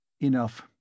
Enough